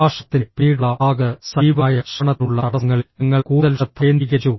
പ്രഭാഷണത്തിന്റെ പിന്നീടുള്ള ഭാഗത്ത് സജീവമായ ശ്രവണത്തിനുള്ള തടസ്സങ്ങളിൽ ഞങ്ങൾ കൂടുതൽ ശ്രദ്ധ കേന്ദ്രീകരിച്ചു